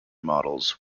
models